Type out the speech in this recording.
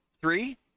three